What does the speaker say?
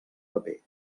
paper